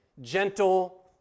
gentle